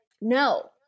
no